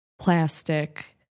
plastic